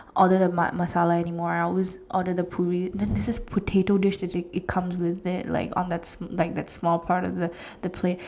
order the ma~ Masala anymore I always order the poori then there's this potato dish that it comes with it on the like that small part of the the plate